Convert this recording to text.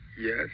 Yes